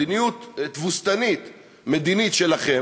מדיניות תבוסתנית מדינית שלכם,